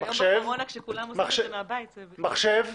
צריך מחשב,